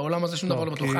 בעולם הזה שום דבר לא בטוח.